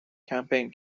کمپین